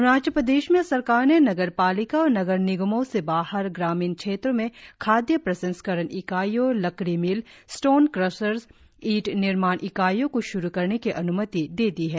अरुणाचल प्रदेश सरकार ने नगर पालिका और नगर निगमों से बाहर ग्रामीण क्षेत्रों में खाद्य प्रसंस्करण इकाईयों लकड़ी मिल स्टोन क्रसर्स ईट निर्माण इकाईयों को श्रु करने की अन्मति दे दी है